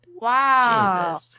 Wow